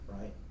right